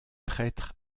traîtres